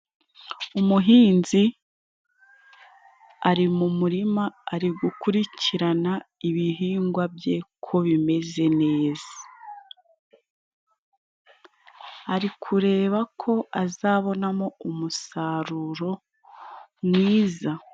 Umuhinzi ari mu murima, ari gukurikirana ibihingwa bye ko bimeze neza, ari kureba ko azabonamo umusaruro mwiza.